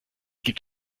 gibt